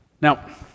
Now